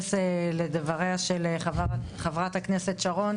אתייחס לדבריה של חברת הכנסת שרון,